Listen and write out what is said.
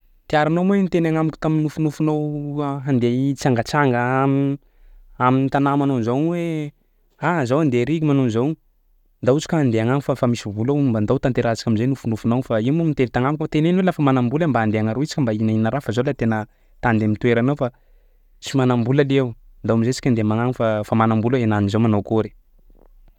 Tiaronao moa iha niteny agnamiko tamin'ny nofinofinao handeha hitsangatsanga am- amin'ny tanà manao an'zao igny hoe ah! Zaho andeha ariky manao an'zao ndao antsika andeha hagnagny fa fa misy vola ao mba andao tanterahantsika am'izay nofinofinao fa iha moa niteny tagnamiko hoe teneno aho lafa manam-bola mba andeha agnaroy tsika mba hinahina raha fa zao lahy tena ta andeha am'toerana ao fa tsy manam-bola lihy aho. Ndao am'zay tsika andeha magnagny fa fa manam-bola iha anany zao manao akôry?